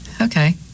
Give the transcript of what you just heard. Okay